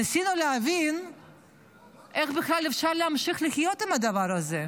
ניסינו להבין איך בכלל אפשר להמשיך לחיות עם הדבר הזה.